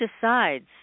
decides